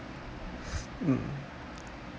mm